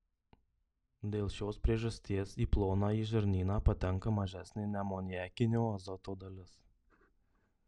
dėl šios priežasties į plonąjį žarnyną patenka mažesnė neamoniakinio azoto dalis